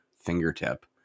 fingertip